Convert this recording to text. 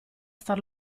star